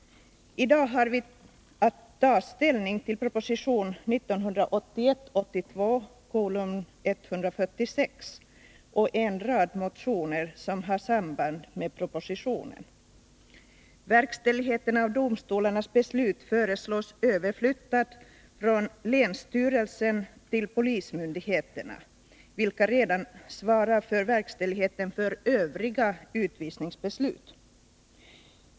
I dag har vi att ta ställning till proposition 1981/82:146 och en rad motioner som har samband med propositionen. Verkställigheten av domstolarnas beslut föreslås överflyttad från länsstyrelsen till polismyndigheterna, vilka redan svarar för verkställigheten för övriga utvisningsbeslut.